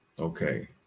Okay